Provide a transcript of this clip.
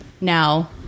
now